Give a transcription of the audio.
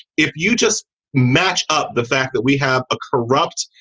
if you just match up the fact that we have a corrupt,